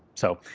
so.